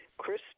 Chris